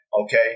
Okay